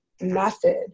method